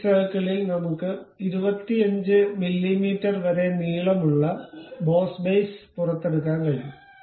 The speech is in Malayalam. ഈ സർക്കിളിൽ നമ്മുക്ക് 25 മില്ലീമീറ്റർ വരെ നീളമുള്ള ബോസ് ബേസ് പുറത്തെടുക്കാൻ കഴിയും